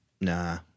Nah